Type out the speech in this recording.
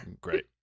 Great